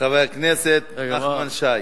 חבר הכנסת נחמן שי.